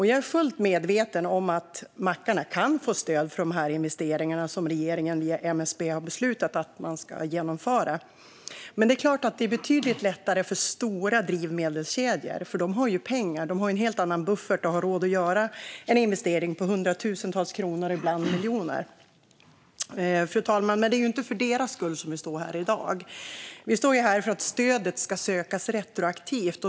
Jag är fullt medveten om att mackarna kan få stöd för de investeringar som regeringen via MSB har beslutat att man ska genomföra. Men det är klart att det är betydligt lättare för stora drivmedelskedjor, för de har ju pengar och en helt annan buffert. De har råd att göra en investering på hundratusentals kronor och ibland miljoner. Fru talman! Det är dock inte för deras skull vi står här i dag. Vi står här för att stödet ska sökas retroaktivt.